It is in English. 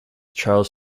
trails